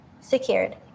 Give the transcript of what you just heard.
secured